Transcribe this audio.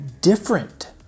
different